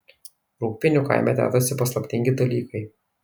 rūgpienių kaime dedasi paslaptingi dalykai